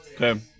Okay